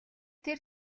тэр